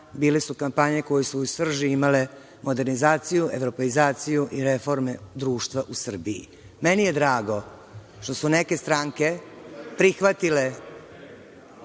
bile su kampanje koje su u srži imale modernizaciju, evropeizaciju i reforme društva u Srbiji. Meni je drago što su neke stranke prihvatile